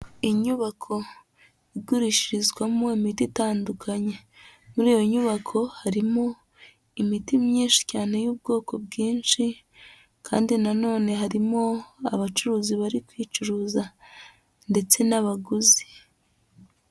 Inyubako igurishirizwamo imiti itandukanye, muri iyo nyubako harimo imiti myinshi cyane y'ubwoko bwinshi kandi na none harimo abacuruzi bari kwiyicuruza ndetse n'abaguzi.